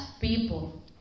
people